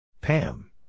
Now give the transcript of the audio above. Pam